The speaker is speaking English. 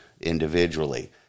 individually